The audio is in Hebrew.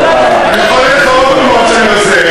אני יכול להביא לך עוד דוגמאות שאני עוזר,